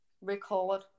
Record